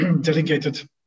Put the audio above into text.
delegated